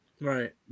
Right